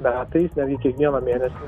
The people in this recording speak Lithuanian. metais netgi kiekvieną mėnesį